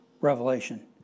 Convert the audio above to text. revelation